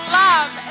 love